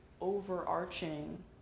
overarching